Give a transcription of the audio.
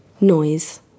Noise